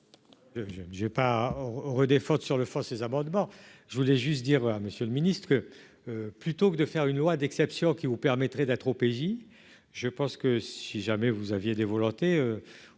Je vais pas redescendre sur le fond, ces amendements, je voulais juste dire à Monsieur le Ministre, que plutôt que de faire une loi d'exception qui vous permettrait d'être au pays, je pense que si jamais vous aviez des volontés